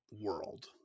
world